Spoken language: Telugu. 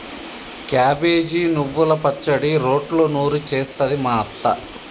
క్యాబేజి నువ్వల పచ్చడి రోట్లో నూరి చేస్తది మా అత్త